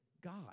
God